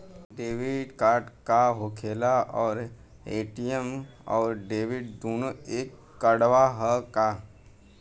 Debit card का होखेला और ए.टी.एम आउर डेबिट दुनों एके कार्डवा ह का?